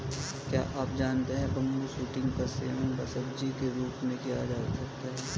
क्या आप जानते है बम्बू शूट्स का सेवन सब्जी के रूप में किया जा सकता है?